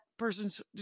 person's